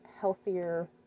healthier